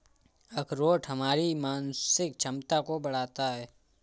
अखरोट हमारी मानसिक क्षमता को बढ़ाता है